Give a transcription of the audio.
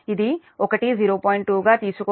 2 గా తీసుకోబడుతుంది